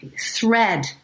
thread